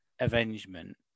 avengement